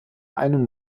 einen